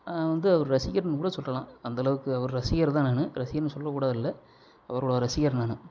வந்து அவர் ரசிகர்னு கூட சொல்லலாம் அந்த அளவுக்கு அவர் ரசிகர் தான் நான் ரசிகர்னு சொல்ல கூட இல்லை அவரோட ரசிகர் நான்